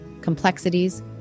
complexities